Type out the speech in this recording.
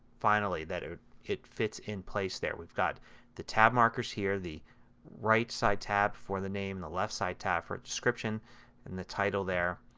finally, that ah it fits in place there. we've got the tab markers here. the right side tab for the name. the left side tab for description and the title there.